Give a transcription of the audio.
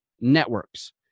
networks